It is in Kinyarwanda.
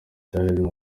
healing